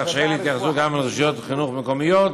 כך שאלה יתייחסו גם לרשויות חינוך מקומיות